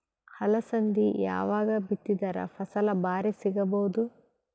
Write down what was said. ಅಲಸಂದಿ ಯಾವಾಗ ಬಿತ್ತಿದರ ಫಸಲ ಭಾರಿ ಸಿಗಭೂದು?